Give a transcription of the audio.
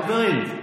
חברים,